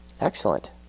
Excellent